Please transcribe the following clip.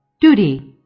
DUTY